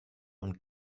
und